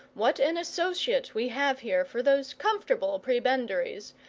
what an associate we have here for those comfortable prebendaries,